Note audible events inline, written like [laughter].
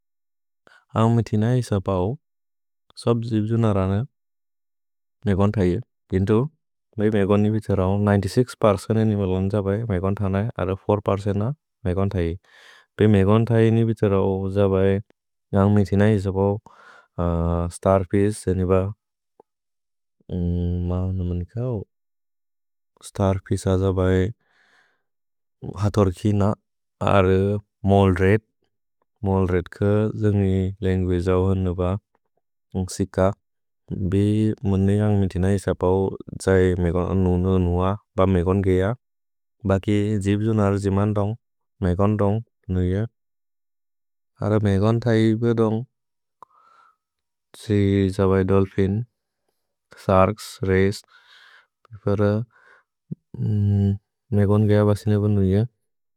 आम् मे तिन इस पौ [hesitation] सब् जिब् जुन रन [hesitation] मेगन् थैअ, बिन्तु, पे मेगन् नि बिछरौ निनेत्य् सिक्स् पेर्चेन्त्। निम लोन् जबए मेगन् थन अर फोउर् पेर्चेन्त् न मेगन् थैअ। पे मेगन् थैअ नि बिछरौ जबए आम् मे तिन इस पौ [hesitation] स्तर्फिश् जेनेब, [hesitation] म नमनिकौ। [hesitation] स्तर्फिश जबए [hesitation] हतोर् किन अर मौल् रेद्। मौल् रेद् क जेने लेन्ग्बे जओ हन ब न्ग् सिक। [hesitation] भि मुनि आम् मे तिन इस पौ त्सए मेगन् अनु अनुअ प मेगन् गेअ। भकि जिब् जुन रजि मन्तोन्ग्, मेगन् तोन्ग्, नुइअ। [hesitation] अर मेगन् थैअ इप तोन्ग्, [hesitation] सि जबए दोल्फिन्, [hesitation] शर्क्स्, रय्स्। पर [hesitation] मेगन् गेअ ब सिनेब नुइअ।